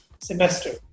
semester